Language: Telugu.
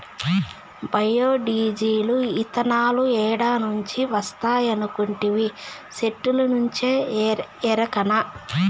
బయో డీజిలు, ఇతనాలు ఏడ నుంచి వస్తాయనుకొంటివి, సెట్టుల్నుంచే ఎరకనా